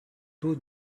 two